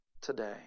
today